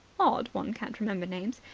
odd one can't remember names.